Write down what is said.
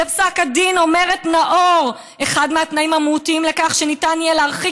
בפסק הדין אומרת נאור: "אחד מהתנאים המהותיים לכך שניתן יהיה להרחיק